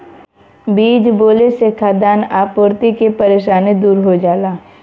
बीज बोले से खाद्यान आपूर्ति के परेशानी दूर हो जाला